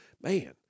Man